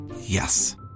Yes